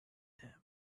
them